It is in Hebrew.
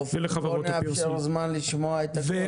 אופיר, בוא נאפשר זמן לשמוע את הדברים.